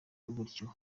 gutyo